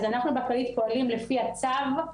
אז אנחנו בכללית פועלים לפי הצו,